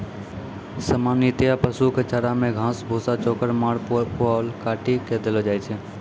सामान्यतया पशु कॅ चारा मॅ घास, भूसा, चोकर, माड़, पुआल काटी कॅ देलो जाय छै